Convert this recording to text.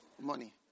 money